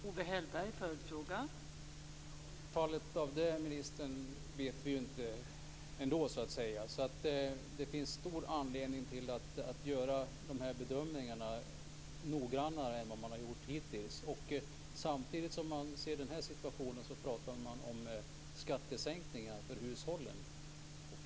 Fru talman! Resultatet av det, ministern, vet vi ju ingenting om. Det finns stor anledning att göra bedömningarna noggrannare än vad man har gjort hittills. Samtidigt som man ser den här situationen talas det om skattesänkningar för hushållen.